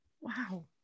wow